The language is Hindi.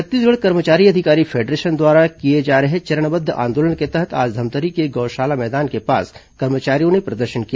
छत्तीसगढ़ कर्मचारी अधिकारी फेडरेशन द्वारा किए जा रहे चरणबद्व आंदोलन के तहत आज धमतरी के गौशाला मैदान के पास कर्मचारियों ने प्रदर्शन किया